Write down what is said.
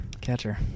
Catcher